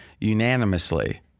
unanimously